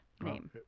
name